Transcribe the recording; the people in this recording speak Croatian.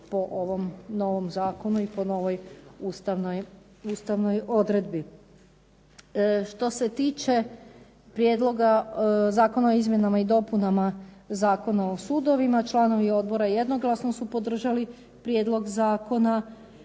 po ovim novom zakonu i po novoj ustavnoj odredbi. Što se tiče prijedloga, Zakona o izmjenama i dopunama Zakona o sudovima članovi odbora jednoglasno su podržali prijedlog zakona.